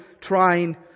trying